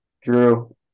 Drew